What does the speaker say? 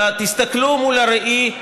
אלא תסתכלו בראי,